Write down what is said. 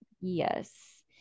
yes